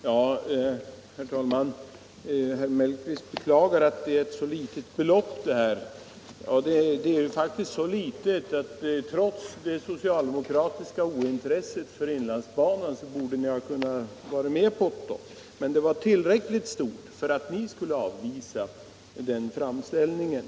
Herr talman! Herr Mellqvist beklagar att det här är ett så litet belopp. Ja, det är faktiskt så litet att ni trots det socialdemokratiska ointresset för inlandsbanan borde ha kunnat gå med på det — men det är tydligen tillräckligt stort för att ni skall avvisa framställningen.